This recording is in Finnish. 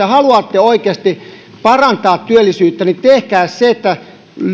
haluatte oikeasti parantaa työllisyyttä niin tehkää niin että